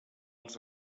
els